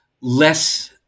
less